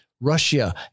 Russia